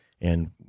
and-